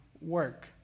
work